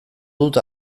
dut